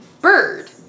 bird